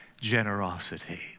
generosity